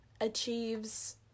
achieves